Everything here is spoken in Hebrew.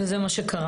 וזה מה שקרה.